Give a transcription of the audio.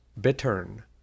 bittern